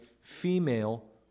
female